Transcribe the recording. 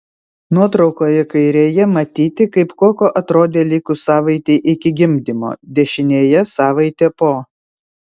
nuotraukoje kairėje matyti kaip koko atrodė likus savaitei iki gimdymo dešinėje savaitė po